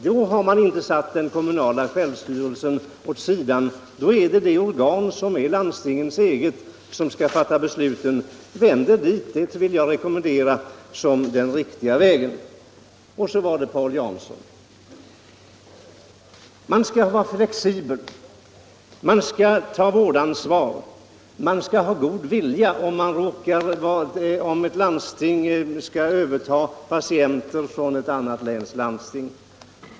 Då har man inte satt den kommunala självstyrelsen åt sidan, utan då är det landstingens eget organ som skall fatta besluten. Vänd er dit — det vill jag rekommendera som den riktiga vägen. Och så var det Paul Jansson. Man skall vara flexibel, man skall ta vårdansvar, man skall ha god vilja om ett landsting skall överta patienter från ett annat läns landsting.